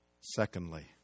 Secondly